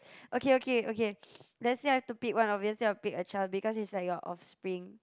okay okay okay let's say I have to pick one obviously I'll pick a child because it's like your offspring